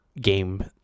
game